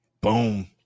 Boom